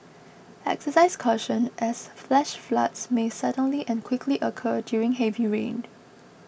exercise caution as flash floods may suddenly and quickly occur during heavy rain